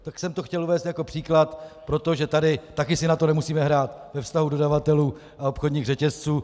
Tak jsem to chtěl uvést jako příklad, protože tady také si na to nemusíme hrát ve vztahu dodavatelů a obchodních řetězců.